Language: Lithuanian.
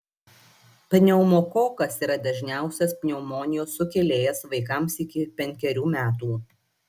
pneumokokas yra dažniausias pneumonijos sukėlėjas vaikams iki penkerių metų